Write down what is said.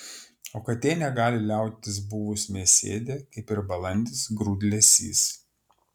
o katė negali liautis buvus mėsėdė kaip ir balandis grūdlesys